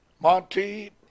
Monty